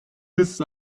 ist